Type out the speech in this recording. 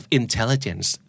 intelligence